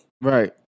Right